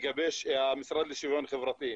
לגבי המשרד לשוויון חברתי.